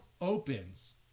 opens